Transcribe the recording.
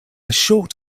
short